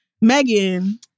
Megan